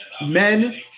men